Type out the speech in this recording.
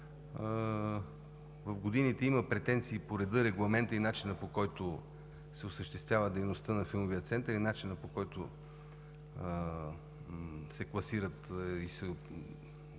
В годините има претенции по реда, регламента и начина, по който се осъществява дейността на Филмовия център, и начина, по който се класират и се гледат